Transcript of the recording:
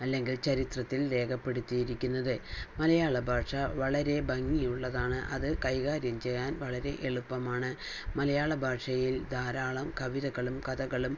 അല്ലെങ്കിൽ ചരിത്രത്തിൽ രേഖപ്പെടുത്തിയിരിക്കുന്നത് മലയാള ഭാഷ വളരെ ഭംഗിയുള്ളതാണ് അത് കൈകാര്യം ചെയ്യാൻ വളരെ എളുപ്പമാണ് മലയാള ഭാഷയിൽ ധാരാളം കവിതകളും കഥകളും